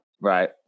right